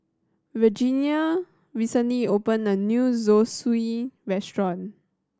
Regenia recently opened a new Zosui Restaurant